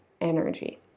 energy